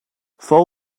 fou